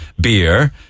beer